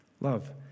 Love